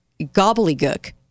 gobbledygook